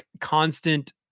constant